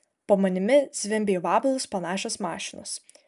po manimi zvimbia į vabalus panašios mašinos